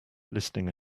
listening